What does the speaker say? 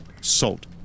salt